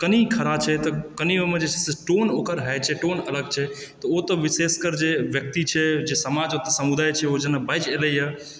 कनी खड़ा छै तऽ कनी ओहिमे जे छै से टोन ओकर होइ छै टोन अलग छै तऽ ओ तऽ विशेषकर जे व्यक्ति छै जे समाज समुदाए छै ओ जेना बाजि एलैए